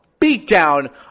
beatdown